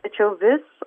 tačiau vis